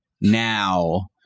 now